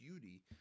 beauty